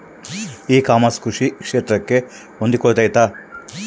E commerce ಕೃಷಿ ಕ್ಷೇತ್ರಕ್ಕೆ ಹೊಂದಿಕೊಳ್ತೈತಾ?